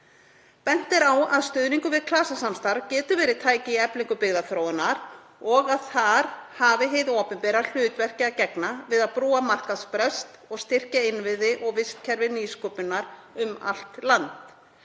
Bent er á að stuðningur við klasasamstarf geti verið tæki í eflingu byggðaþróunar og að þar hafi hið opinbera hlutverki að gegna við að brúa markaðsbrest og styrkja innviði og vistkerfi nýsköpunar um allt land.